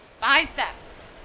biceps